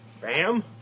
Bam